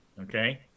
Okay